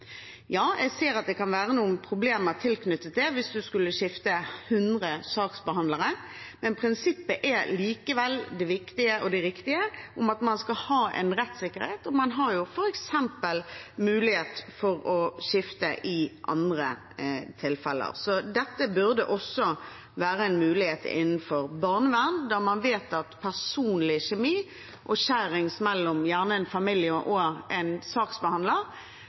Jeg ser at det kan være noen problemer tilknyttet det, hvis man f.eks. skulle skifte 100 saksbehandlere, men prinsippet om at man skal ha en rettssikkerhet, er likevel det viktige og det riktige. Man har mulighet til å skifte i andre tilfeller, så dette burde også være en mulighet innenfor barnevernet, der man vet at dårlig personlig kjemi og skjæring mellom en familie og en